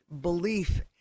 belief